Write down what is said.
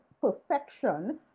perfection